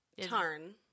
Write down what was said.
Tarn